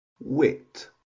wit